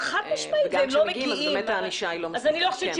וגם כשהם מגיעים הענישה באמת לא מספקת.